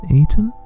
eaten